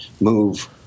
move